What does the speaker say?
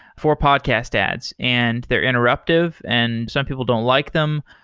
four podcast ads and they're interruptive and some people don't like them.